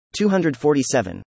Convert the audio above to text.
247